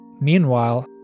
Meanwhile